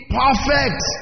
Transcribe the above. perfect